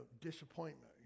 disappointment